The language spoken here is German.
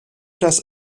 das